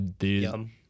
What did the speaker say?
Yum